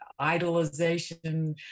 idolization